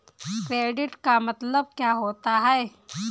Credit का मतलब क्या होता है?